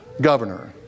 governor